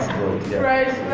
right